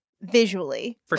visually